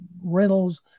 rentals